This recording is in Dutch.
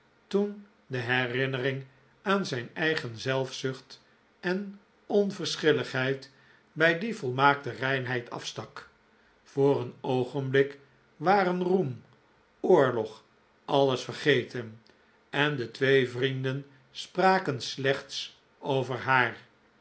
toen de herinnering aan zijn eigen zelfzucht en onverschilligheid bij die volmaakte reinheid afstak voor een oogenblik waren roem oorlog alles vergeten en de twee vrienden spraken slechts over haar